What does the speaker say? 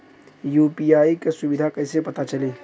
UPI क सुविधा कैसे पता चली?